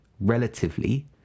relatively